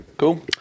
Cool